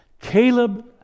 Caleb